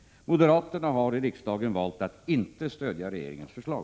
Moderaterna har i riksdagen valt att inte stödja regeringens förslag.